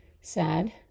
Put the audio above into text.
sad